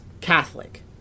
Catholic